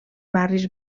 barris